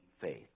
faith